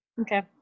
Okay